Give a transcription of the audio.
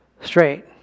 straight